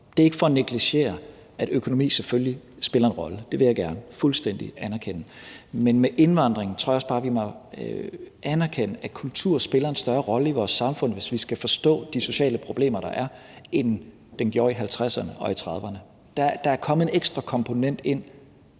Det er ikke for at negligere, at økonomien selvfølgelig spiller en rolle – det vil jeg gerne fuldstændig anerkende – men jeg tror også bare, vi må anerkende, at kulturen med indvandringen spiller en større rolle i vores samfund, hvis vi skal forstå de sociale problemer, der er, end den gjorde i 1950'erne og i 1930'erne. Der er kommet en ekstra komponent ind,